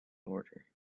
order